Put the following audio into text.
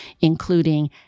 including